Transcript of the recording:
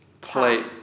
Play